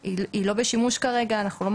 אגב, לא רק